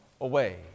away